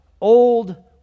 old